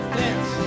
dance